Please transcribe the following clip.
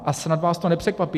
A snad vás to nepřekvapí.